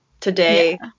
today